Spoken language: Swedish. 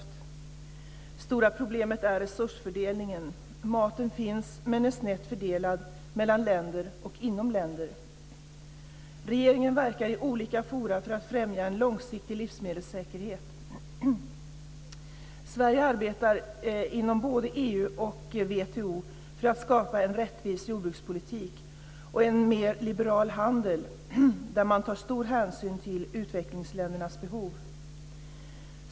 Det stora problemet är resursfördelningen, maten finns men är snett fördelad mellan länder och inom länder. Regeringen verkar i flera olika forum för att främja en långsiktig livsmedelssäkerhet. Sverige arbetar inom både EU och Världshandelsorganisationen WTO för att skapa en rättvis jordbrukspolitik och en mer liberal handel, där man tar stor hänsyn till utvecklingsländernas behov.